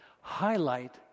highlight